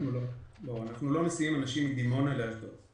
אנחנו לא מסיעים אנשים מדימונה לאשדוד.